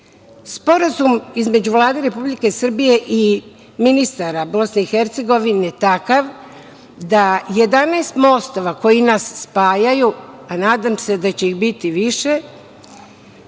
strane. Sporazum između Vlada Republike Srbije i ministara BiH je takav da 11 mostova koji nas spajaju, a nadam se da će ih biti više,